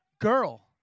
girl